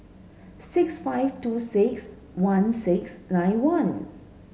six five two six one six nine one